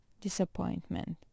disappointment